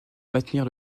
maintenir